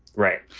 right.